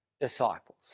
disciples